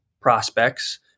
prospects